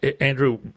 Andrew